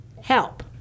help